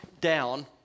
down